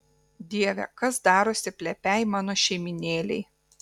dieve kas darosi plepiai mano šeimynėlei